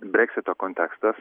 breksito kontekstas